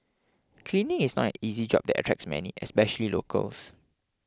cleaning is not an easy job that attracts many especially locals